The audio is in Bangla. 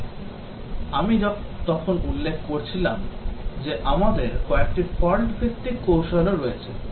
তবে আমি তখন উল্লেখ করছিলাম যে আমাদের কয়েকটি ফল্ট ভিত্তিক কৌশলও রয়েছে